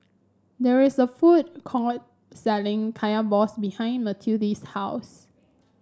there is a food court selling Kaya Balls behind Matilde's house